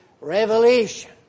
Revelation